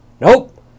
Nope